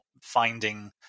finding